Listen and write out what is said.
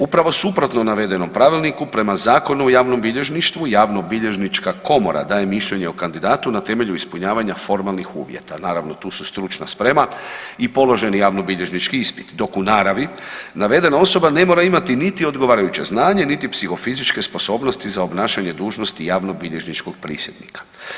Upravo suprotno navedenom pravilniku prema Zakonu o javnom bilježništvu javnobilježnička komora daje mišljenje o kandidatu na temelju ispunjavanja formalnih uvjeta, naravno tu su stručna sprema i položeni javnobilježnički ispit dok u naravi navedena osoba ne mora imati niti odgovarajuće znanje niti psihofizičke sposobnosti za obnašanje dužnosti javnobilježničkog prisjednika.